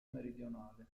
meridionale